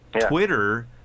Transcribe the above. Twitter